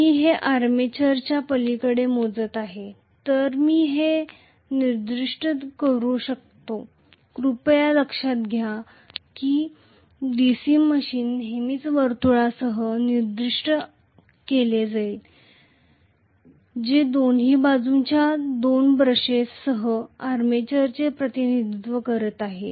मी हे आर्मॅचरच्या पलिकडे मोजत आहे तसे मी हे निर्दिष्ट करू शकतो कृपया लक्षात घ्या की DC मशीन नेहमीच वर्तुळासह निर्दिष्ट केली जाईल जे दोन्ही बाजूंच्या दोन ब्रशेस सह आर्मेचरचे प्रतिनिधित्व करीत आहे